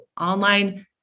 Online